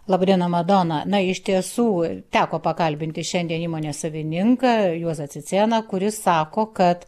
laba diena madona na iš tiesų teko pakalbinti šiandien įmonės savininką juozą cicėną kuris sako kad